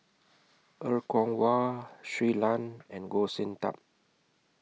Er Kwong Wah Shui Lan and Goh Sin Tub